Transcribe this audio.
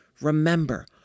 Remember